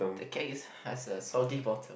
the cake has a sulky bottom